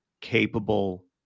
capable